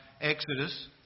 Exodus